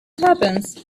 happens